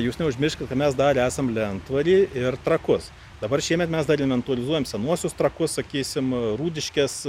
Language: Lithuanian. jūs neužmirškit mes dar esam lentvary ir trakus dabar šiemet mes dar inventorizuojam senuosius trakus sakysim rūdiškes